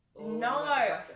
no